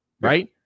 right